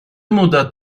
مدت